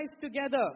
together